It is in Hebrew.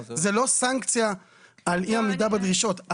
זאת לא סנקציה על אי עמידה בדרישות.